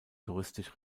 touristisch